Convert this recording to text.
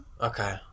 Okay